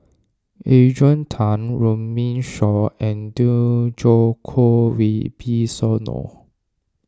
Adrian Tan Runme Shaw and Djoko Wibisono